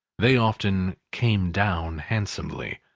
they often came down handsomely,